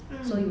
hmm